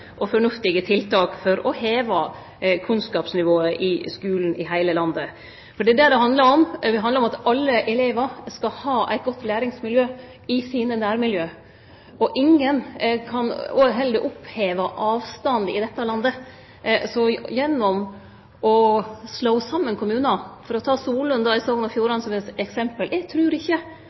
og fornuftige tiltak for å heve kunnskapsnivået i skulen i heile landet, for det er det det handlar om. Det handlar om at alle elevar skal ha eit godt læringsmiljø i sine nærmiljø. Ingen kan heller oppheve avstandar i dette landet gjennom å slå saman kommunar. For å ta Solund i Sogn og Fjordane som eit eksempel: Eg trur ikkje